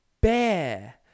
Bear